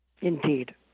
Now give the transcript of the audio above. Indeed